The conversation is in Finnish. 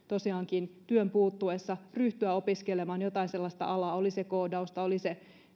tosiaankin työn puuttuessa ryhtyä opiskelemaan jotain sellaista alaa oli se koodausta oli se